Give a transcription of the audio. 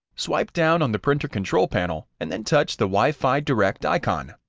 swipe down on the printer control panel, and then touch the wi-fi direct icon.